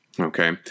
Okay